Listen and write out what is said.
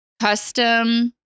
custom